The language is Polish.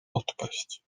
odpaść